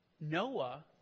Noah